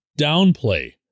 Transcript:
downplay